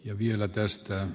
ja vielä tästä